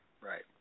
Right